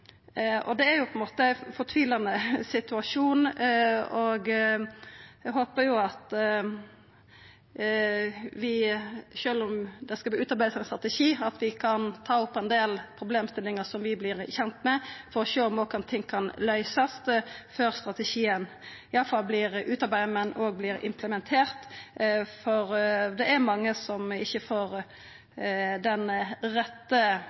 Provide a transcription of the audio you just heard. om det skal utarbeidast ein strategi, kan ta opp ein del problemstillingar som vi vert kjende med, for å sjå om ting kan løysast før strategien vert utarbeidd og implementert, for det er mange som ikkje får den rette